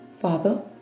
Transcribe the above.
Father